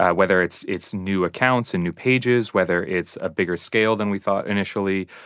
ah whether it's it's new accounts and new pages, whether it's a bigger scale than we thought initially,